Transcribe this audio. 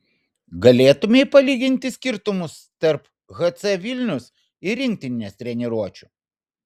galėtumei palyginti skirtumus tarp hc vilnius ir rinktinės treniruočių